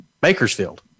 Bakersfield